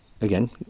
Again